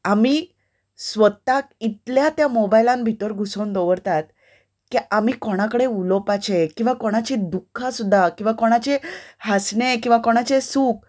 आमी स्वताक इतल्या त्या मोबायलान भितर घुसोवन दवरतात की आमी कोणा कडेन उलोवपाचें किंवां कोणाची दुख्खां सुद्दां किंवां कोणाचें हांसणें किंवां कोणाचें सूख